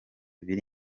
biri